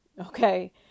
okay